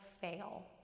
fail